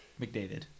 McDavid